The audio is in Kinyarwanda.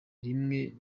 rimwe